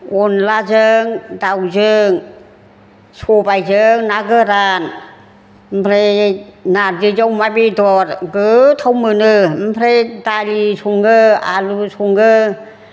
अनद्लाजों दाउजों सबाइजों ना गोरान ओमफ्राय नारजिजों अमा बेदर गोथाव मोनो ओमफ्राय दालि सङो आलुबो सङो